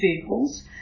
vehicles